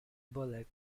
bullet